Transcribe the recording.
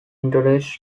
interests